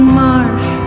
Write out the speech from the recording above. marsh